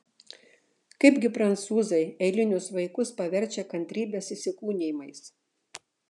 kaipgi prancūzai eilinius vaikus paverčia kantrybės įsikūnijimais